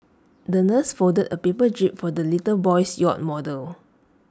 the nurse folded A paper jib for the little boy's yacht model